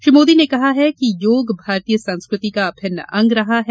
श्री मोदी ने कहा है कि योग भारतीय संस्कृति का अभिन्न अंग रहा है